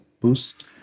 boost